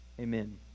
Amen